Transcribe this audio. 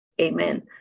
Amen